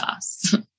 sauce